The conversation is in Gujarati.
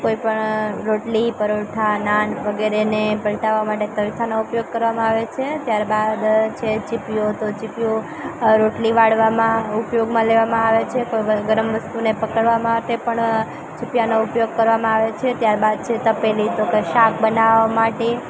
કોઈપણ રોટલી પરોઠા નાન વગેરેને પલટાવા માટે તવીથાનો ઉપયોગ કરવામાં આવે છે ત્યારબાદ છે ચીપિયો તો ચીપિયો રોટલી વાળવામાં ઉપયોગમાં લેવામાં આવે છે કોઈ ગરમ વસ્તુને પકડવા માટે પણ ચીપિયાનો ઉપયોગ કરવામાં આવે છે ત્યારબાદ છે તપેલી તોકે શાક બનાવવા માટે